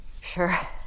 Sure